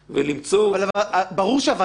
מאחר ואנחנו לא רוצים שירוצו יותר מדי ליועץ,